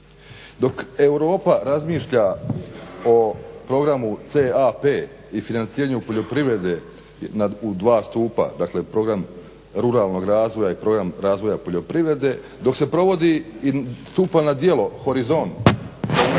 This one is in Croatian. Dok Europa razmišlja o Programu CAP i financiranju poljoprivrede u dva stupa dakle program ruralnog razvoja i program razvoja poljoprivrede, dok se provodi i stupa na djelo horizont